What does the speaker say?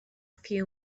few